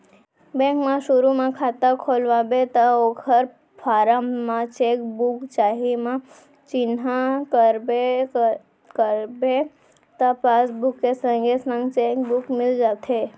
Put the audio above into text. bank म सुरू म खाता खोलवाबे त ओकर फारम म चेक बुक चाही म चिन्हा करबे त पासबुक के संगे संग चेक बुक मिल जाथे